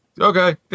Okay